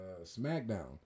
Smackdown